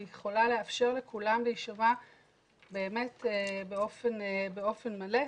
והיא יכולה לאפשר לכולם להישמע באופן מלא.